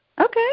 Okay